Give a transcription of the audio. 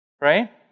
Right